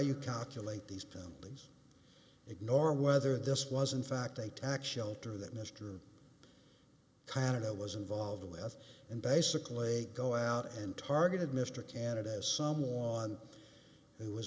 you calculate these pumping ignore whether this was in fact a tax shelter that mr canada was involved with and basically go out and targeted mr canada as some was who was